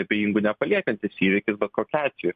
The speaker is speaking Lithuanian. abejingų nepaliekantis įvykis bet kokiu atveju